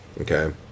okay